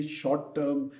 short-term